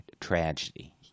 tragedy